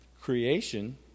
creation